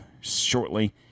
shortly